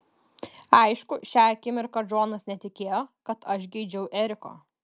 aišku šią akimirką džonas netikėjo kad aš geidžiau eriko